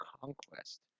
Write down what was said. conquest